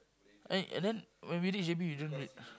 uh and then when we reach J_B we don't reach